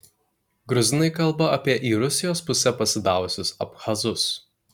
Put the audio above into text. gruzinai kalba apie į rusijos pusę pasidavusius abchazus